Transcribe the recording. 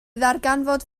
ddarganfod